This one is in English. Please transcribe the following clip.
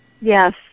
Yes